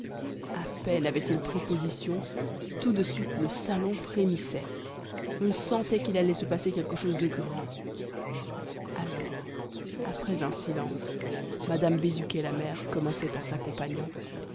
a peine avait-il pris position tout de suite le salon frémissait on sentait qu'il allait se passer quelque chose de grand alors après un silence madame bézuquet la mère commençait en s'accompagnant